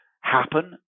happen